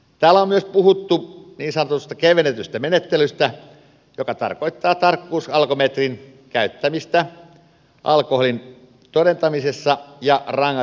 täällä on myös puhuttu niin sanotusta kevennetystä menettelystä joka tarkoittaa tarkkuusalkometrin käyttämistä alkoholin todentamisessa ja rangaistusvaatimuskäsittelyä